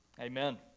Amen